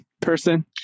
person